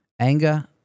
anger